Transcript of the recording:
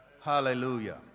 Hallelujah